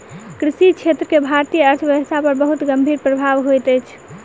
कृषि क्षेत्र के भारतीय अर्थव्यवस्था पर बहुत गंभीर प्रभाव होइत अछि